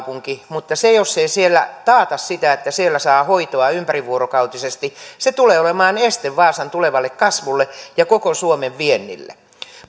mutta se jos ei siellä taata sitä että siellä saa hoitoa ympärivuorokautisesti tulee olemaan este vaasan tulevalle kasvulle ja koko suomen viennille